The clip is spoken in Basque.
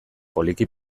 poliki